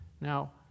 Now